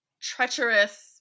treacherous